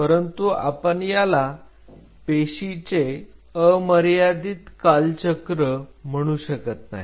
परंतु आपण याला पेशीचे अमर्यादित कालचक्र म्हणू शकत नाही